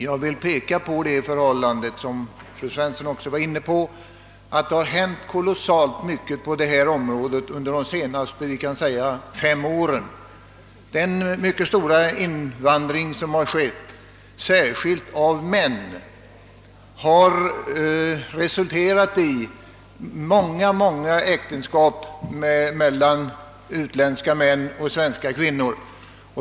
Jag vill dock peka på ett förhållande, som även fru Svensson var inne på, nämligen att det har hänt så kolossalt mycket på detta område under de senaste fem åren. Den mycket stora invandring som har skett, särskilt av män, har resulterat i många, många äktenskap mellan utländska män och svenska kvinnor.